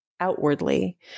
outwardly